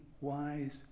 wise